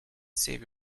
save